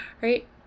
right